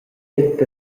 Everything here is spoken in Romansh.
tec